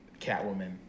Catwoman